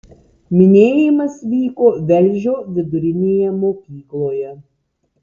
minėjimas vyko velžio vidurinėje mokykloje